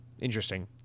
interesting